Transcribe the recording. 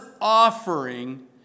offering